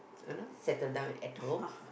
you know settle down at home